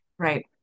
Right